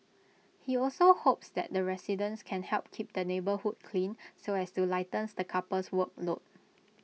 he also hopes that residents can help keep the neighbourhood clean so as to lighten the couple's workload